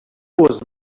was